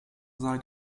sei